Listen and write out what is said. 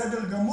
בסדר גמור,